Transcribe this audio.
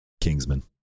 Kingsman